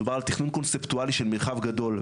מדובר על תכנון קונספטואלי של מרחב גדול,